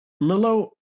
Milo